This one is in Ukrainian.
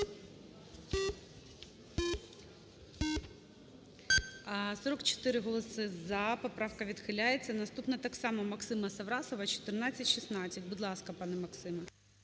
13:26:50 За-44 Поправка відхиляється. Наступна так само Максима Саврасова, 1416. Будь ласка, пане Максиме.